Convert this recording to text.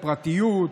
לפרטיות,